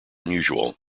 unusual